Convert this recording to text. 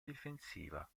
difensiva